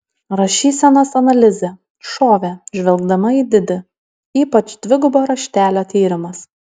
rašysenos analizė šovė žvelgdama į didi ypač dvigubo raštelio tyrimas